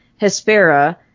Hespera